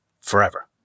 forever